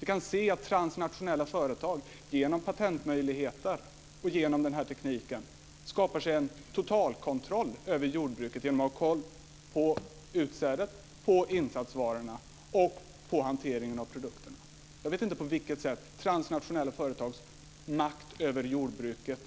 Vi kan se att transnationella företag med hjälp av patentmöjligheter och denna teknik skapar sig en totalkontroll över jordbruket genom att ha kontroll över utsädet, på insatsvarorna och på hanteringen av produkterna. Jag vet inte på vilket sätt transnationella företags makt över jordbruket